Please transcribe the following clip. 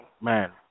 man